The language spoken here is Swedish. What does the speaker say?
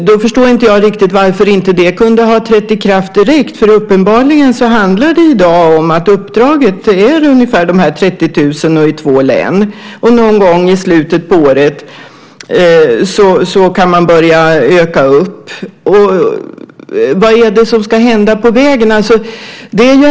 Då förstår jag inte riktigt varför det inte hade kunnat träda i kraft direkt, för uppenbarligen handlar det i dag om att uppdraget är ungefär 30 000 och i två län och att man kan börja öka antalet någon gång i slutet av året. Vad är det som ska hända på vägen?